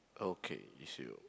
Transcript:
okay is you